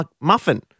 muffin